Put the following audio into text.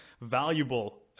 valuable